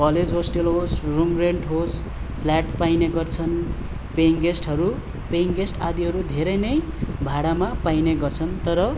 college hostel होस् room rent होस् flat पाइने गर्छन् पेइङगेस्टहरू पेइङगेस्ट आदिहरू धेरै नै भाडामा पाइने गर्छन् तर